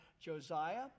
Josiah